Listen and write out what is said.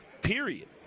period